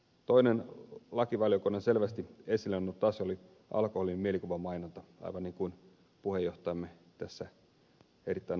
toinen lakivaliokunnassa selvästi esille noussut asia oli alkoholin mielikuvamainonta aivan niin kuin puheenjohtajamme tässä erittäin osuvasti esitteli